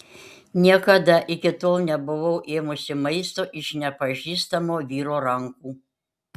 niekada iki tol nebuvau ėmusi maisto iš nepažįstamo vyro rankų